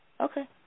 Okay